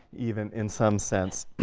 even, in some sense.